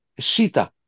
shita